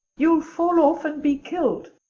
you'll fall off and be killed.